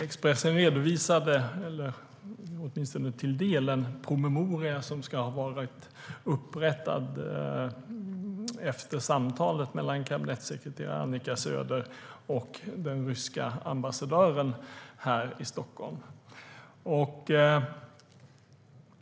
Expressen redovisade till del en promemoria som ska ha varit upprättad efter samtalet mellan kabinettssekreterare Annika Söder och den ryska ambassadören i Stockholm.